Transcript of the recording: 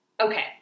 Okay